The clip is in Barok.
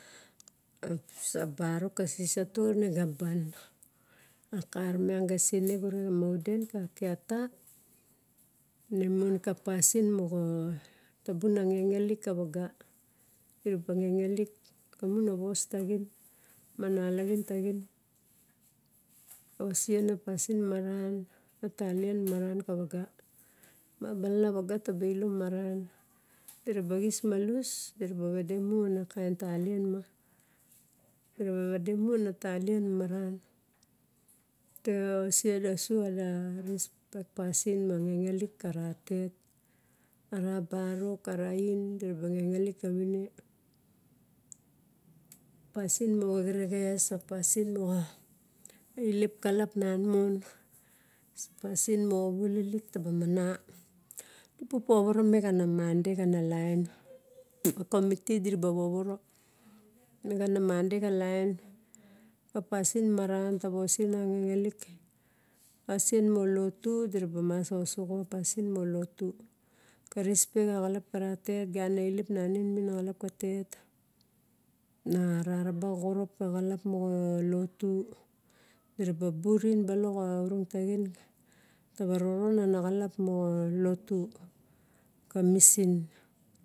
Aups a barok xin sioatu n ka bun a kain ming ga sine na ga maudun ka keita ien mon ka pasin moga tabu na kekeling ka vaga diraba kekeling lamon a vos taing ma nalagin tagin, osen a pasin maran eitatan marn ka viga ma balana viga taba xilomarn di raba kis malos direba vademu a kim talan ma diraba vade mu xinakin talan maran dira osen a su xina respect pasin moga kekeling ka ra tet a ra barok a ra oline di ra ba kekelikka vino pasin maga genego a pasin moga alip kalip a nanmon pasin maga vuvulik ta ba meun. Di bu povoromi ga na monday gia na line community diraba vovorome ene gu na monday ga lin a pasin marn tabosena kekelink pasin moga loto dira ba musa osog a pasin moga lawto ka respect xigalap ka re tetgu na ro a lep minin a rakalep ka tet giana rolep mine a raga lep ka tet na nareba korop kagalap moga lotu meralo lourim belock a horotagine moga rolepa naglap moga lotu.